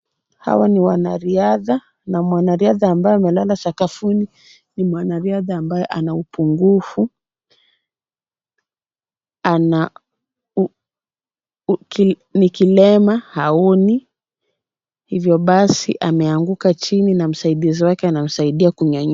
Hawa ni wanariadha, na mwanariadha ambaye amelala sakafuni ni mwanariadha ambaye ana upungufu, ana ni kilema haoni, hivyo basi ameanguka chini na msaidizi wake anamsaidia kunyanyuka.